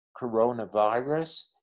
coronavirus